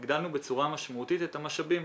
הגדלנו בצורה משמעותית את המשאבים.